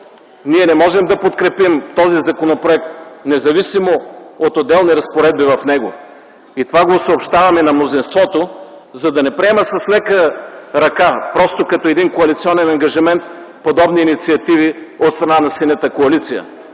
не можем да подкрепим този законопроект, независимо от отделни разпоредби в него. (Реплики от Синята коалиция.) Съобщавам това на мнозинството, за да не приема с лека ръка просто като един коалиционен ангажимент подобни инициативи от страна на Синята коалиция.